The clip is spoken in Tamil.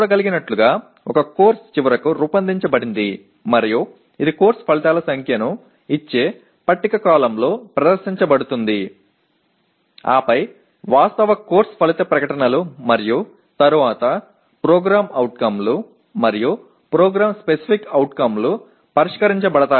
ஒரு பாடநெறி இறுதியாக எவ்வாறு வடிவமைக்கப்பட்டுள்ளது என்பதை நீங்கள் காண முடியும் இது ஒரு அட்டவணை நெடுவரிசையில் வழங்கப்படுகிறது இது பாடநெறி விளைவுகளின் எண்ணிக்கையை அளிக்கிறது பின்னர் உண்மையான பாடநெறி விளைவுகள் மற்றும் பின்னர் PO கள் மற்றும் PSO ஆகியவை உரையாற்றப்படுகின்றன